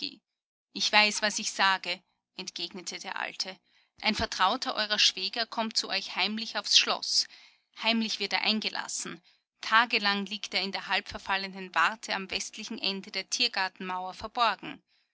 ich weiß was ich sage entgegnete der alte ein vertrauter eurer schwäger kommt zu euch heimlich aufs schloß heimlich wird er eingelassen tagelang liegt er in der halbverfallenen warte am westlichen ende der tiergartenmauer verborgen